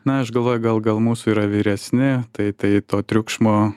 na aš galvoju gal gal mūsų yra vyresni tai to triukšmo